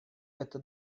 эта